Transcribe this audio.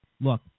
look